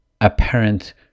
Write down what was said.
apparent